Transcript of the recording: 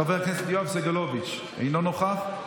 חבר הכנסת יואב סגלוביץ' אינו נוכח,